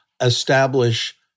establish